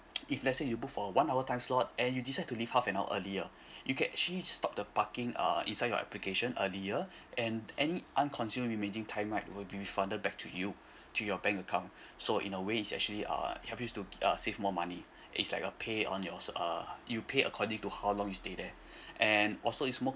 if let's say you book for a one hour time slot and you decide to leave half an hour earlier you can actually stop the parking uh inside your application earlier and any unconsumed remaining time right will be refunded back to you to your bank account so in a way is actually uh help you to uh save more money it's like a pay on yours uh you pay according to how long you stay there and also is more com